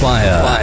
Fire